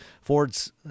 Ford's